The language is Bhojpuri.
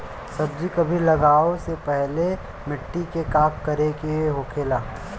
सब्जी कभी लगाओ से पहले मिट्टी के का करे के होखे ला?